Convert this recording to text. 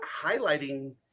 highlighting